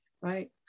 Right